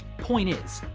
point is,